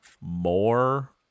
More